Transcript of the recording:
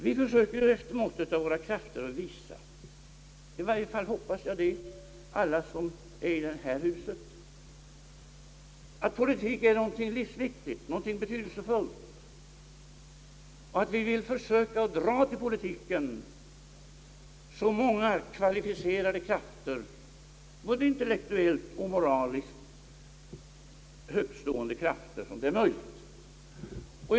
Vi försöker efter måttet av våra krafter — i varje fall hoppas jag att alla i detta hus gör det — att visa att politik är någonting livsviktigt och någonting betydelsefullt, och vi vill försöka att till politiken dra så många kvalificerade krafter, både intellektuellt och moraliskt högtstående krafter, som det är möjligt.